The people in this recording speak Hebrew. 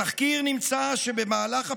בתחקיר נמצא שבמהלך הפוגרום,